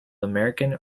american